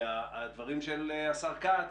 והדברים של השר כץ